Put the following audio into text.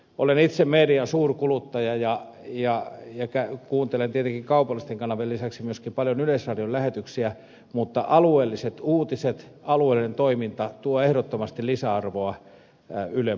olen itse median suurkuluttaja ja kuuntelen tietenkin kaupallisten kanavien lisäksi myöskin paljon yleisradion lähetyksiä mutta alueelliset uutiset alueellinen toiminta tuovat ehdottomasti lisäarvoa ylen palveluihin